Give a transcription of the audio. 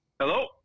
Hello